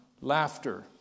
Laughter